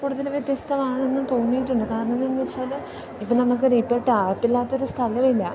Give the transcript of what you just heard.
കൂടുതൽ വ്യത്യസ്തമാണെന്ന് തോന്നിയിട്ടുണ്ട് കാരണം എന്നു വെച്ചാൽ ഇപ്പോൾ നമുക്ക് ഇപ്പോൾ ടാപ്പില്ലാത്തൊരു സ്ഥലമില്ല